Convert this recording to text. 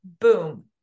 boom